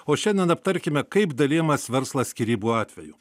o šiandien aptarkime kaip dalijamas verslas skyrybų atveju